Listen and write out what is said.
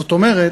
זאת אומרת,